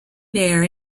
there